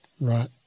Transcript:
right